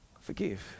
forgive